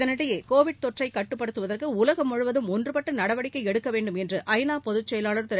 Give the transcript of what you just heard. இதனிடையே கோவிட் தொற்றைக் கட்டுப்படுத்துவதற்கு உலகம் முழுவதும் ஒன்றுபட்டு நடவடிக்கை எடுக்கவேண்டும் என்று ஐ நா பொதுச் செயலாளர் திரு